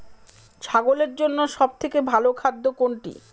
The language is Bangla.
ছাগলের জন্য সব থেকে ভালো খাদ্য কোনটি?